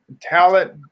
talent